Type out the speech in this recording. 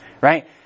right